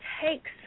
takes